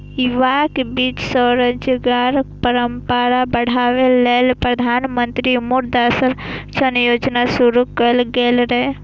युवाक बीच स्वरोजगारक परंपरा बढ़ाबै लेल प्रधानमंत्री मुद्रा ऋण योजना शुरू कैल गेल रहै